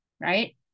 right